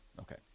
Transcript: okay